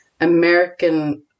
american